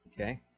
Okay